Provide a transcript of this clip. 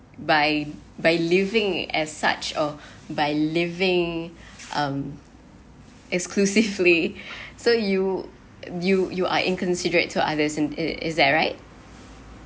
by by living at such or by living um exclusively so you you you are inconsiderate to others and is is that right